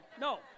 no